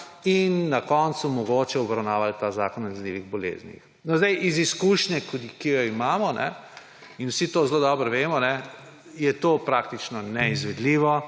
in na koncu mogoče obravnavali ta zakon o nalezljivih boleznih. Sedaj iz izkušnje, ki jo imamo, in vsi to dobro vemo, je to praktično neizvedljivo,